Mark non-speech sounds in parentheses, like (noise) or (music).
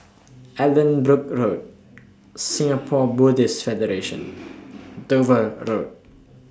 Allanbrooke Road Singapore Buddhist Federation (noise) Dover Road